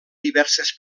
diverses